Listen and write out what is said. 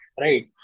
Right